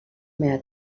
meva